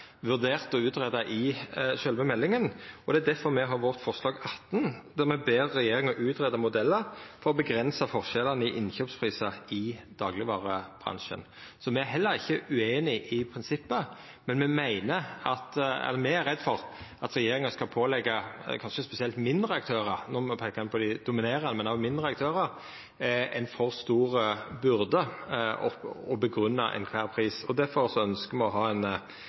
vurdert og utgreidd i sjølve meldinga. Det er derfor me har vårt forslag nr. 18, der me ber regjeringa utgreia modellar for å avgrensa forskjellane i innkjøpsprisar i daglegvarebransjen. Me er heller ikkje ueinige i prinsippet, men me er redde for at regjeringa skal påleggja kanskje spesielt mindre aktørar – no peiker me på dei dominerande, men òg mindre aktørar – ei for stor byrde ved å grunngje kvar pris. Difor ønskjer me å ha